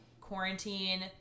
quarantine